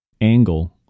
angle